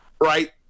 Right